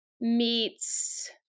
meets